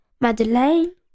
Madeleine